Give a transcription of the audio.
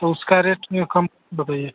तो उसका रेट या कम बताइए